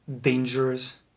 dangerous